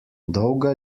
dolga